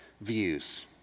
views